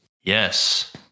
Yes